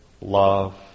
love